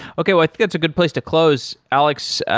okay, i think that's a good place to close. alex,